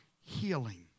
healing